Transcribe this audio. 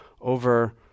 over